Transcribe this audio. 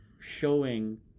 showing